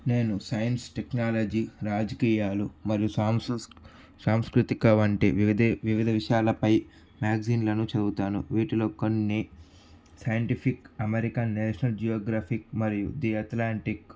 నేను science technology రాజకీయాలు మరియు సాంస్కృతిక వంటి వివిధ విషయాలపై మ్యాగజైన్లను చదువుతాను వీటిలో కొన్ని సైన్టిఫిక్ అమెరికన్ నేషనల్ జియోగ్రాఫిక్ మరియు ది అట్లాంటిక్